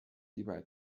击败